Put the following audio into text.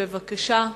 בבקשה.